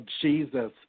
Jesus